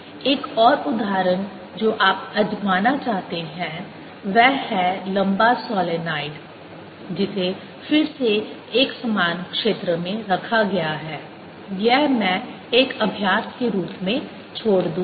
एक और उदाहरण जो आप आजमाना चाहते हैं वह है लंबा सोलनॉइड जिसे फिर से एकसमान क्षेत्र में रखा गया है यह मैं एक अभ्यास के रूप में छोड़ दूंगा